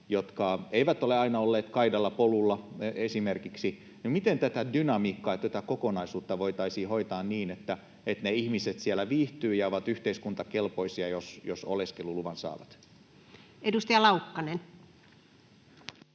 esimerkiksi ole aina olleet kaidalla polulla. Miten tätä dynamiikkaa ja tätä kokonaisuutta voitaisiin hoitaa niin, että ne ihmiset siellä viihtyvät ja ovat yhteiskuntakelpoisia, jos oleskeluluvan saavat? Edustaja Laukkanen.